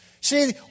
See